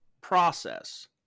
process